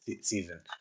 season